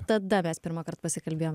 tada mes pirmąkart pasikalbėjom